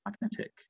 magnetic